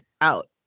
out